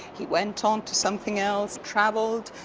he went on to something else, traveled.